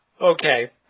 Okay